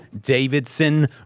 Davidson